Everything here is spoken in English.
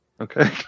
Okay